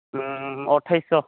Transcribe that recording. ଅଠେଇଶଶହ